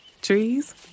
Trees